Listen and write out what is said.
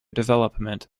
development